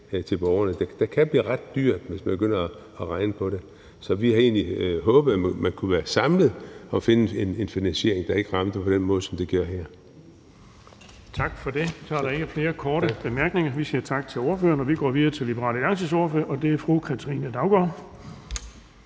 til borgerne. Det kan blive ret dyrt, hvis man begynder at regne på det. Så vi havde egentlig håbet, at man kunne være samlet om at finde en finansiering, der ikke rammer på den måde, som det gør her. Kl. 10:57 Den fg. formand (Erling Bonnesen): Tak for det. Så er der ikke flere korte bemærkninger. Vi siger tak til ordføreren, og vi går videre til Liberal Alliances ordfører, og det er fru Katrine Daugaard.